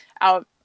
out